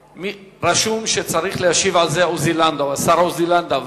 רשום שצריך להשיב על זה השר עוזי לנדאו,